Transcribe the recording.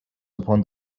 upon